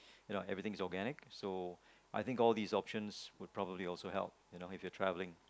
you know everything is organically so I think all this options would probably also help if you are travelling